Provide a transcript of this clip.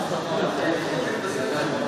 אל תשאל על גז,